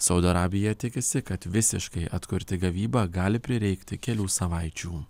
saudo arabija tikisi kad visiškai atkurti gavybą gali prireikti kelių savaičių